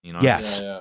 Yes